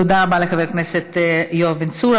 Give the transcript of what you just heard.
תודה רבה לחבר הכנסת יואב בן צור.